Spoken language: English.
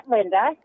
Linda